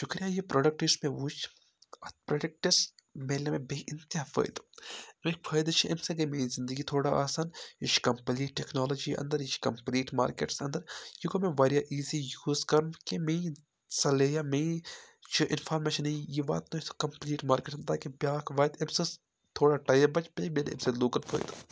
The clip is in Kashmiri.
شُکریہ یہِ پرٛوڈَکٹہٕ یُس مےٚ وُچھ اَتھ پرٛوڈَکٹَس میلیو مےٚ بے اِنتہا فٲیدٕ امِکۍ فٲیدٕ چھِ اَمہِ سۭتۍ گٔے میٛٲنۍ زِنٛدگی تھوڑا آسان یہِ چھُ کَمپُلیٖٹ ٹٮ۪کنالجی اَنٛدر یہِ چھِ کَمپُلیٖٹ مارکٮ۪ٹَس اَنٛدَر یہِ گوٚو مےٚ واریاہ ایٖزی یوٗز کَرُن کہِ میٛٲنۍ صلے یا میٛٲنۍ چھِ اِنفارمیشَن یہِ واتنٲیِو سُہ کَمپُلیٖٹ مارکٮ۪ٹَس منٛز تاکہِ بیٛاکھ واتہِ أمۍ سٕنٛز تھوڑا ٹایم بَچہِ بیٚیہِ میلہِ اَمہِ سۭتۍ لوٗکَن فٲیدٕ